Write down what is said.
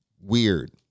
weird